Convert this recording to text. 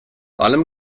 allem